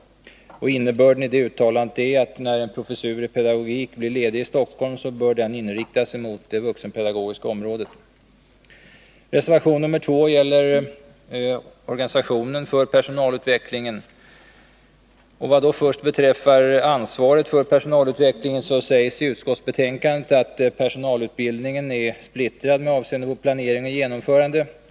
Innebörden i det uttalandet är, att när en professur i pedagogik blir ledig i Stockholm, bör denna inriktas mot det vuxenpedagogiska området. Vad först beträffar ansvaret för personalutvecklingen sägs i utskottsbetänkandet att personalutbildningen är splittrad med avseende på planering och genomförande.